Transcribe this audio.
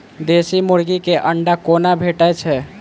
देसी मुर्गी केँ अंडा कोना भेटय छै?